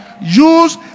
use